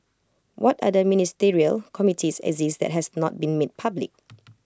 what other ministerial committees exist that has not been made public